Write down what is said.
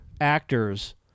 actors